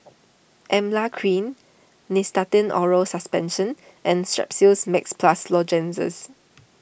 Emla Cream Nystatin Oral Suspension and Strepsils Max Plus Lozenges